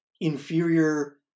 inferior